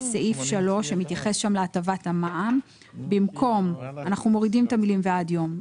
בסעיף 3 אנחנו מורידים את המילים 'ועד יום',